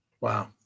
Wow